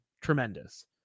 tremendous